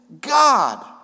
God